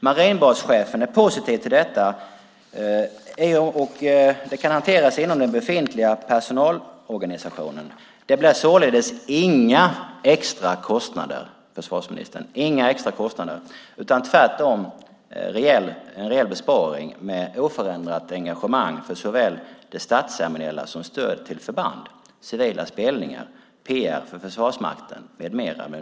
Marinbaschefen är positiv till detta, och det kan hanteras inom den befintliga personalorganisationen. Det blir således inga extra kostnader, försvarsministern, utan tvärtom en rejäl besparing med oförändrat engagemang för så väl det statsceremoniella som stöd till förbandet, civila spelningar, PR för Försvarsmakten med mera.